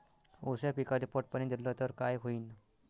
ऊस या पिकाले पट पाणी देल्ल तर काय होईन?